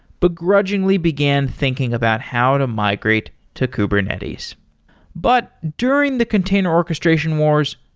but grudgingly began thinking about how to migrate to kubernetes but during the container orchestration wars,